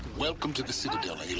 welcome to the citadel,